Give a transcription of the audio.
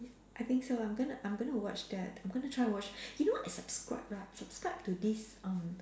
I think so I'm gonna I'm gonna watch that I'm gonna try and watch you know I subscribe right I subscribe to this um